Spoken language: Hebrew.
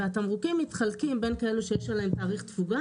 והתמרוקים מתחלקים בין כאלו שיש עליהם תאריך תפוגה